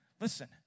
Listen